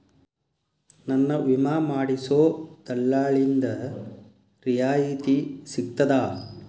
ನನ್ನ ವಿಮಾ ಮಾಡಿಸೊ ದಲ್ಲಾಳಿಂದ ರಿಯಾಯಿತಿ ಸಿಗ್ತದಾ?